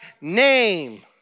name